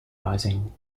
rising